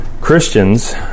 Christians